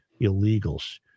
illegals